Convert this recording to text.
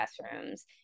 classrooms